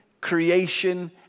creation